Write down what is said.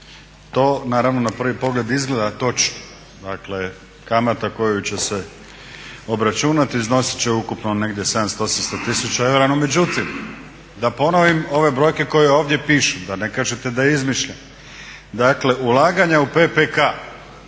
To naravno na prvi pogled izgleda točno, dakle kamata koju će se obračunati iznosit će ukupno negdje 700, 800 tisuća eura no međutim da ponovim ove brojke koje ovdje pišu, da ne kažete da izmišljam. Dakle, ulaganja u PPK